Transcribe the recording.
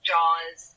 Jaws